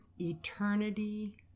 eternity